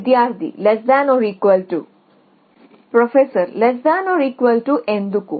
విద్యార్థి ప్రొఫెసర్ ఎందుకు